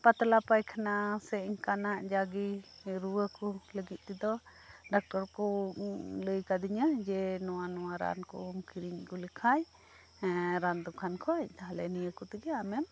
ᱯᱟᱛᱞᱟ ᱯᱟᱭᱠᱷᱟᱱ ᱥᱮ ᱚᱱᱠᱟᱱᱟᱜ ᱡᱟᱜᱤ ᱨᱩᱣᱟᱹ ᱠᱚ ᱞᱟᱹᱜᱤᱫ ᱛᱮᱫᱚ ᱰᱟᱠᱴᱚᱨ ᱠᱚ ᱞᱟᱹᱭ ᱟᱠᱟᱫᱤᱧᱟᱹ ᱡᱮ ᱱᱚᱣᱟ ᱱᱚᱣᱟ ᱟᱨᱱ ᱠᱚᱢ ᱠᱤᱨᱤᱧ ᱟᱹᱜᱩ ᱞᱮᱠᱷᱟᱱ ᱨᱟᱱ ᱫᱚᱠᱟᱱ ᱠᱷᱚᱱ ᱛᱟᱦᱚᱞᱮ ᱱᱤᱭᱟᱹ ᱠᱚᱛᱮᱜᱮ ᱟᱢᱮᱢ